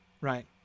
right